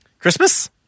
Christmas